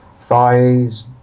thighs